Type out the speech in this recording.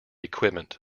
equipment